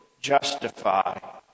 justify